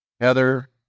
Heather